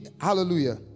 hallelujah